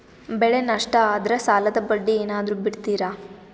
ಬೆಳೆ ನಷ್ಟ ಆದ್ರ ಸಾಲದ ಬಡ್ಡಿ ಏನಾದ್ರು ಬಿಡ್ತಿರಾ?